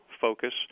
Focus